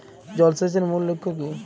জল সেচের মূল লক্ষ্য কী?